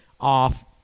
off